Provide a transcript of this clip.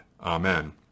Amen